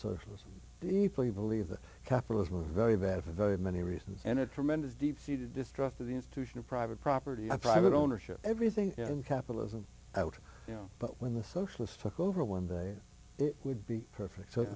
socialism deeply believe that capitalism very bad for very many reasons and a tremendous deep seated distrust of the institution of private property by private ownership everything in capitalism out you know but when the socialist took over one day it would be perfect so